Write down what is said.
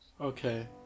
okay